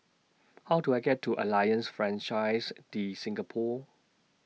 How Do I get to Alliance Francaise De Singapour